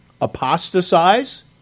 apostatize